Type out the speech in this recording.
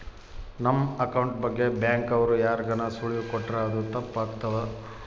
ನಮ್ ಅಕೌಂಟ್ ಬಗ್ಗೆ ಬ್ಯಾಂಕ್ ಅವ್ರು ಯಾರ್ಗಾನ ಸುಳಿವು ಕೊಟ್ರ ಅದು ತಪ್ ಆಗ್ತದ